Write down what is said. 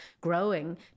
growing